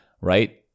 right